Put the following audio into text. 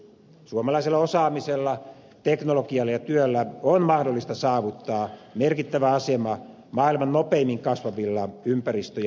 suomalaisella osaamisella teknologialla ja työllä on mahdollista saavuttaa merkittävä asema maailman nopeimmin kasvavilla ympäristö ja energiateknologian toimialoilla